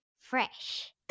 fresh